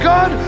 God